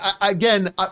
Again